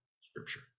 Scripture